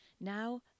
Now